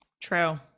true